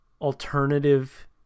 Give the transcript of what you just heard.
alternative